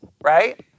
right